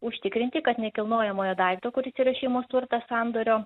užtikrinti kad nekilnojamojo daikto kuris yra šeimos turtas sandorio